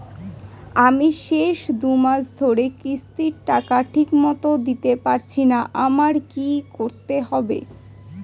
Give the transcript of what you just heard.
আমি শেষ দুমাস ধরে কিস্তির টাকা ঠিকমতো দিতে পারছিনা আমার কি করতে হবে?